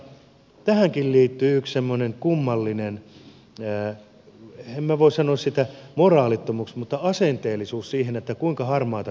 mutta tähänkin liittyy yksi semmoinen kummallinen en voi sanoa sitä moraalittomaksi mutta asenteellisuus siihen kuinka harmaata taloutta käsitellään